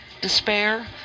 despair